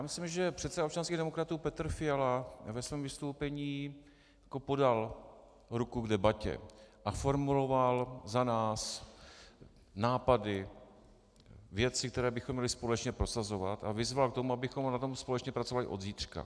Myslím, že předseda občanských demokratů Petr Fiala ve svém vystoupení podal ruku k debatě a formuloval za nás nápady, věci, které bychom měli společně prosazovat, a vyzval k tomu, abychom na tom společně pracovali od zítřka.